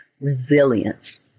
resilience